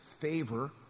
favor